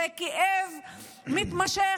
זה כאב מתמשך,